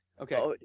Okay